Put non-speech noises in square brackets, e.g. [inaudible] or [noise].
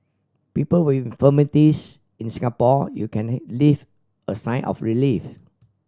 people with infirmities in Singapore you can [unintelligible] leave a sigh of relief